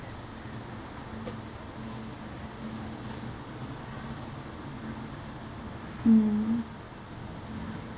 mm